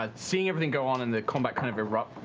ah seeing everything go on, and the combat kind of erupt,